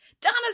Donna